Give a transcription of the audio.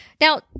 Now